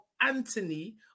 Anthony